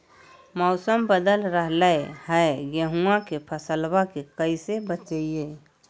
मौसम बदल रहलै है गेहूँआ के फसलबा के कैसे बचैये?